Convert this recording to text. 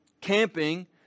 camping